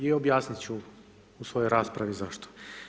I objasniti ću u svojoj raspravi zašto.